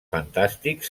fantàstics